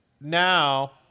now